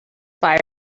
fire